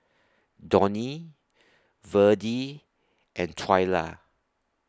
Donny Verdie and Twyla